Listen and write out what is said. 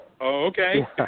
okay